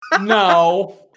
no